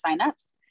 signups